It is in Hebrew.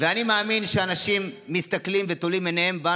ואני מאמין שאנשים מסתכלים ותולים בנו עיניהם.